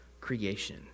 creation